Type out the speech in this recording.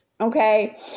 okay